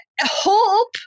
hope